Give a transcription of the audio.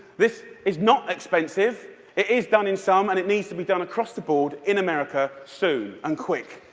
this is not expensive. it is done in some, and it needs to be done across the board in america soon, and quick.